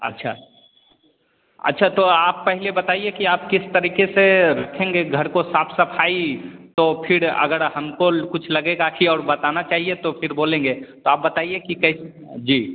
अच्छा अच्छा तो आप पहले बताइए कि आप किस तरीके से रखेंगे घर को साफ सफाई तो फिर अगर हमको कुछ लगेगा कि और बताना चाहिए तो फिर बोलेंगे तो आप बताइए कि कैसे जी